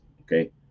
Okay